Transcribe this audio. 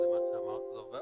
(מצגת).